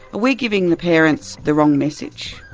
we giving the parents the wrong message?